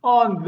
on